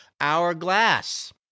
Hourglass